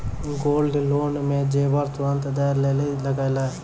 Gold loan मे जेबर तुरंत दै लेली लागेया?